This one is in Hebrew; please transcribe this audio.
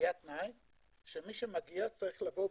ומנהלת משא ומתן על התנאים שהגדירה לפני ועל בסיסם יצאו האנשים.